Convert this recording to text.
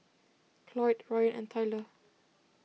Cloyd Rayan and Tylor